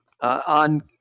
on